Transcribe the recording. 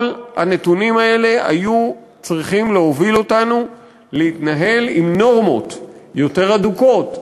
כל הנתונים האלה היו צריכים להוביל אותנו להתנהל עם נורמות יותר הדוקות,